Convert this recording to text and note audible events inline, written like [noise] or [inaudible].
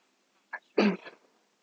[coughs]